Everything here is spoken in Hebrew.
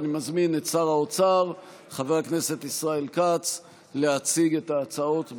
אני מזמין את שר האוצר חבר הכנסת ישראל כץ להציג את ההצעות,